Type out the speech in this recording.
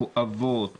כואבות,